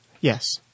Yes